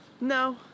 No